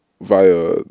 via